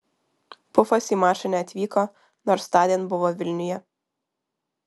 pufas į mačą neatvyko nors tądien buvo vilniuje